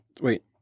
wait